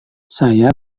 saya